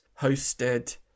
hosted